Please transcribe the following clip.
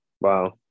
wow